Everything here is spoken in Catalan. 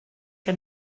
que